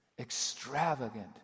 extravagant